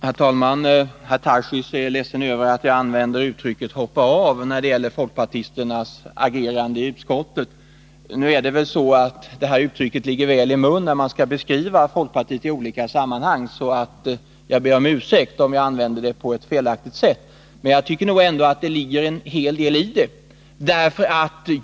Herr talman! Herr Tarschys är ledsen över att jag använde uttrycket ”hoppa av” när det gäller folkpartisternas agerande i utskottet. Nu är det väl så, att det här uttrycket ligger väl i mun när man i olika sammanhang skall beskriva folkpartiet. Jag ber om ursäkt om jag använde uttrycket på ett felaktigt sätt, men jag tycker nog ändå att det ligger en hel del i det.